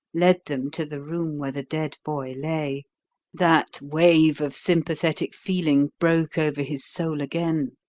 led them to the room where the dead boy lay that wave of sympathetic feeling broke over his soul again.